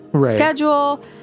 schedule